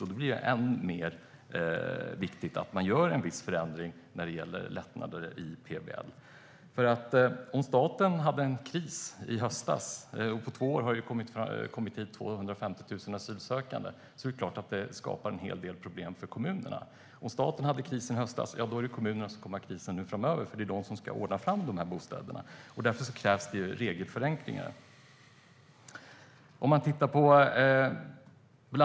Det blir i stället än mer viktigt att man gör en viss förändring och inför lättnader i PBL. På två år har det kommit hit 250 000 asylsökande, och det är klart att det skapar en hel del problem för kommunerna. Om staten hade en kris i höstas är det kommunerna som kommer att ha en kris framöver, för det är de som ska ordna fram bostäderna. Därför krävs det regelförenklingar.